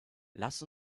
lass